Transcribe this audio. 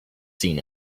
seen